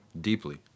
deeply